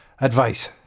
Advice